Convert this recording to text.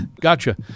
Gotcha